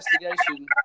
investigation